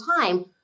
time